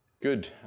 Good